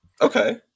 Okay